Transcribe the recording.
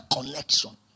connection